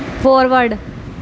foreword